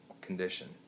condition